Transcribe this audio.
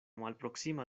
malproksima